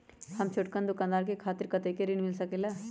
हम छोटकन दुकानदार के खातीर कतेक ऋण मिल सकेला?